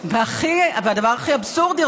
והדבר הכי אבסורדי,